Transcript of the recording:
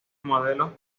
modelos